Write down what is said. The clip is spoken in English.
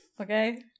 okay